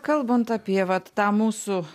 kalbant apie vat tą mūsų